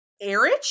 Eric